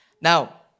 Now